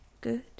Good